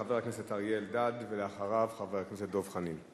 חבר הכנסת אריה אלדד, ולאחריו, חבר הכנסת דב חנין.